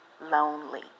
lonely